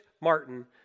Martin